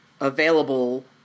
available